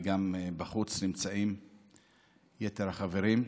וגם בחוץ נמצאים יתר החברים.